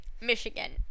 Michigan